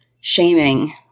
shaming